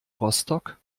rostock